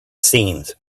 seams